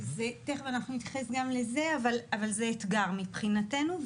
תכף נתייחס גם לזה, אבל זה אתגר מבחינתנו.